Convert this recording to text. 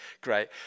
great